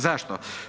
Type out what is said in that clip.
Zašto?